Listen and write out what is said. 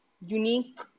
unique